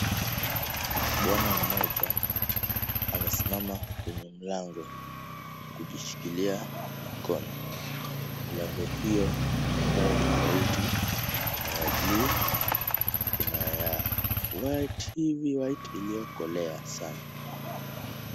Bwana mmoja amesimama kwenye mlango akishikilia mikono. Milango hiyo ni ya color tofauti , kua ya buluu kuna ya white iliyokolea sana.